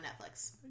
Netflix